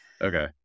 Okay